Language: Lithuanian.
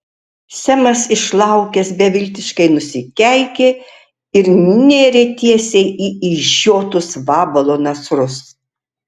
semas išlaukęs beviltiškai nusikeikė ir nėrė tiesiai į išžiotus vabalo nasrus